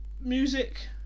music